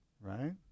Right